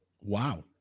Wow